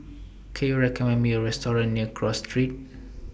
Can YOU recommend Me A Restaurant near Cross Street